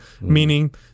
Meaning